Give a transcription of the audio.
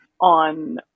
on